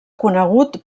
conegut